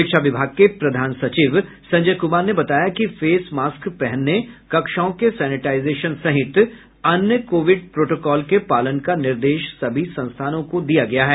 शिक्षा विभाग के प्रधान सचिव संजय कुमार ने बताया कि फेस मास्क पहनने कक्षाओं के सेनेटाईजेशन सहित अन्य कोविड प्रोटोकॉल के पालन का निर्देश सभी संस्थानों को दिया गया है